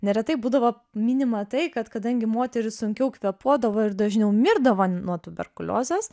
neretai būdavo minima tai kad kadangi moterys sunkiau kvėpuodavo ir dažniau mirdavo nuo tuberkuliozės